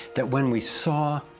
that when we saw,